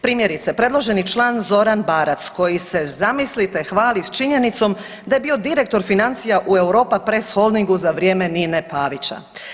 Primjerice, predloženi član Zoran Barac koji se, zamislite, hvali s činjenicom da je bio direktor financija u Europapress Holdingu za vrijeme Nine Pavića.